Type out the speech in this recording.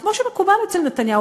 כמו שמקובל אצל נתניהו,